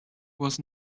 was